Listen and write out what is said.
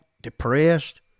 depressed